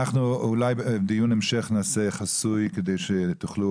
אנחנו אולי בדיון המשך נעשה חסוי כדי שתוכלו,